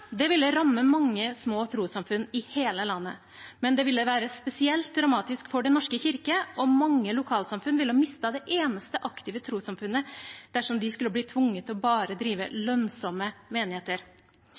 ville ramme mange små trossamfunn i hele landet, men det ville være spesielt dramatisk for Den norske kirke. Mange lokalsamfunn ville mistet det eneste aktive trossamfunnet dersom de skulle bli tvunget til bare å drive